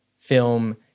film